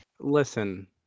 Listen